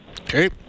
Okay